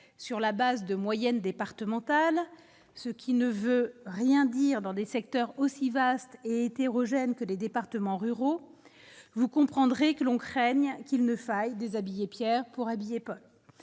sur la base de moyenne départementale, ce qui ne veut rien dire dans des secteurs aussi vaste et hétérogène que les départements ruraux, vous comprendrez que l'on craignent qu'il ne faille déshabiller Pierre pour habiller Paul,